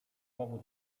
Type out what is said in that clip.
powód